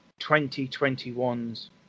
2021's